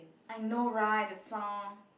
I know right the song